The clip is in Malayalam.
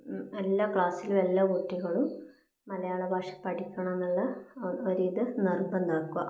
എല്ലാ ക്ലാസ്സിലും എല്ലാ കുട്ടികളും മലയാള ഭാഷ പഠിക്കണമെന്നുള്ള ഒരിത് നിർബന്ധം ആക്കുക